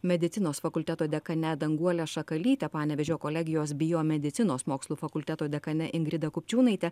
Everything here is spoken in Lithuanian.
medicinos fakulteto dekane danguole šakalyte panevėžio kolegijos biomedicinos mokslų fakulteto dekane ingrida kupčiūnaite